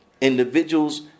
Individuals